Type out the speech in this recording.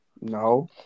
No